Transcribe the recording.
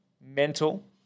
mental